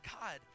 God